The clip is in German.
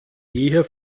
eher